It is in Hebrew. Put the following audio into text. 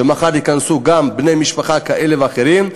שמחר ייכנסו גם בני-משפחה כאלה ואחרים,